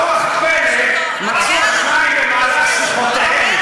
באורח פלא, מצאו השניים במהלך שיחותיהם,